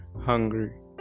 hungry